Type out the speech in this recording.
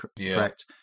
correct